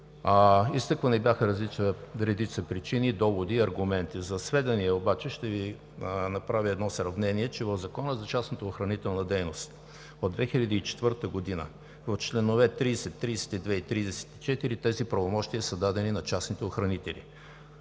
Изтъквани бяха редица причини, доводи и аргументи. За сведение обаче ще Ви направя едно сравнение, че в Закона за частната охранителна дейност от 2004 г. – в чл. 30, 32 и 34, тези правомощия са дадени на частните охранители.